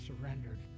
surrendered